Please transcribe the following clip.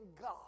God